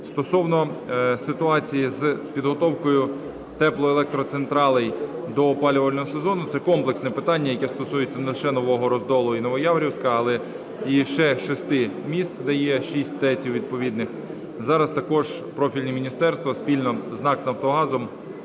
Стосовно ситуації з підготовкою теплоелектроцентралей до опалювального сезону. Це комплексне питання, яке стосується не лише Нового Розділу і Новояворівська, але і ще 6 міст, де є шість ТЕЦів відповідних. Зараз також профільні міністерства спільно з НАК "Нафтогазом"